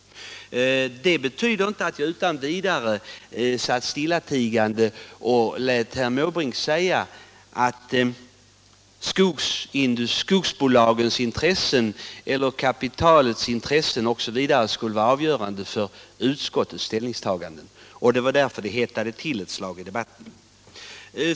Det betyder inte att jag stillatigande ville låta herr Måbrink säga att skogsbolagens intressen, kapitalets intressen osv. skulle vara avgörande för utskottets ställningstagande. Det var därför det hettade till ett slag i debatten.